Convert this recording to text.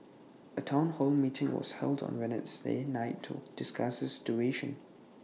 A Town hall meeting was held on Wednesday night to discuss the situation